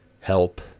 help